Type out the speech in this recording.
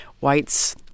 Whites